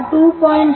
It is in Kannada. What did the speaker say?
77 1